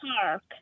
park